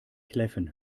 kläffen